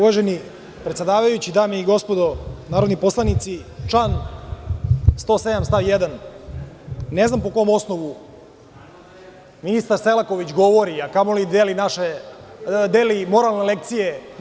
Uvaženi predsedavajući, dame i gospodo narodni poslanici, član 107. stav 1. Ne znam po kom osnovu ministar Selaković govori, a kamoli da deli moralne lekcije DS.